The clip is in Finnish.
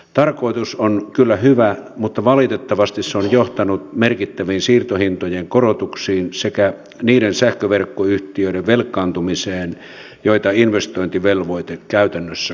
tarkoitus on kyllä hyvä mutta valitettavasti se on johtanut merkittäviin siirtohintojen korotuksiin sekä niiden sähköverkkoyhtiöiden velkaantumiseen joita investointivelvoite käytännössä koskee